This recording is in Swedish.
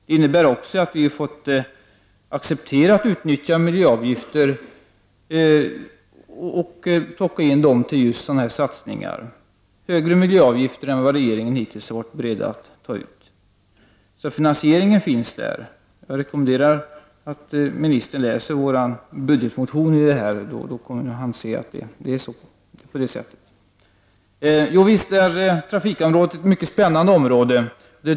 Det innebär också att vi har fått acceptera att utnyttja miljöavgifter och att använda dem till sådana här satsningar. Det gäller högre miljöavgifter än regeringen hittills har varit beredd att ta ut. Finansieringen finns. Jag rekommenderar ministern att läsa vår budgetmotion i detta ärende — då kommer han att se att det är på det sättet. Visst är trafikområdet ett mycket spännande område.